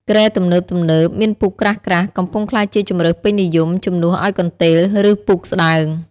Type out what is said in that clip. គ្រែទំនើបៗមានពូកក្រាស់ៗ កំពុងក្លាយជាជម្រើសពេញនិយម ជំនួសឱ្យកន្ទេល ឬពូកស្តើង។